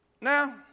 Now